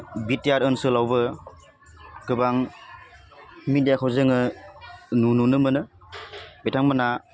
BTR ओनसोलावबो गोबां मिदियाखौ जोङो नुनो मोनो बिथांमोना